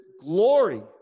glory